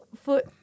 foot